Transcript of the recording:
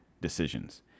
decisions